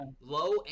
low